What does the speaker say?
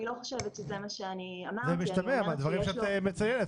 אני לא חושבת שזה מה שאמרתי -- זה משתמע מהדברים שאת מציינת,